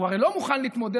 הוא הרי לא מוכן להתמודד.